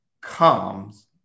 comes